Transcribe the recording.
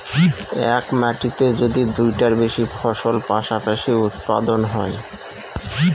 এক মাটিতে যদি দুইটার বেশি ফসল পাশাপাশি উৎপাদন হয়